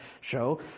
show